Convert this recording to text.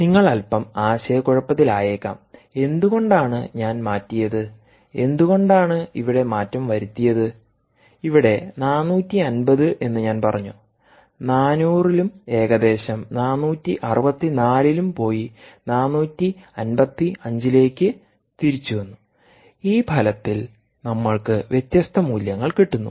നിങ്ങൾ അല്പം ആശയക്കുഴപ്പത്തിലായേക്കാം എന്തുകൊണ്ടാണ് ഞാൻ മാറ്റിയത് എന്തുകൊണ്ടാണ് ഇവിടെ മാറ്റം വരുത്തിയത് ഇവിടെ 450 എന്ന് ഞാൻ പറഞ്ഞു 400 ലും ഏകദേശം 464 ലും പോയി 455 ലേക്ക് തിരിച്ചു ഈ ഫലത്തിൽ നമ്മൾക്ക് വ്യത്യസ്ത മൂല്യങ്ങൾ കിട്ടുന്നു